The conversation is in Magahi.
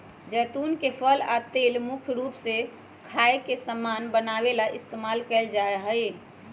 जैतुन के फल आ तेल मुख्य रूप से खाए के समान बनावे ला इस्तेमाल कएल जाई छई